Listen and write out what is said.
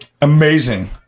Amazing